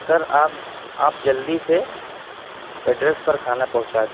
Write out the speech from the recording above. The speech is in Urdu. سر آپ آپ جلدی سے ایڈریس پر کھانا پہنچا دیں